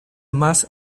max